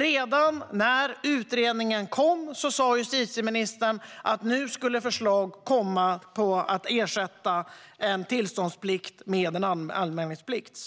Redan när utredningen kom sa justitieministern att nu skulle förslag komma om att ersätta en tillståndsplikt med en anmälningsplikt.